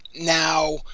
Now